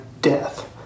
death